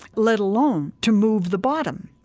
let alone to move the bottom.